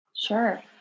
Sure